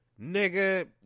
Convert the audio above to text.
Nigga